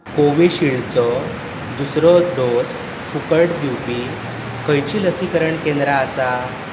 कोविशिल्डचो दुसरो डोस फुकट दिवपी खंयचीं लसीकरण केंद्रां आसा